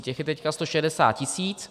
Těch je teď 160 tisíc.